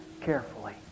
carefully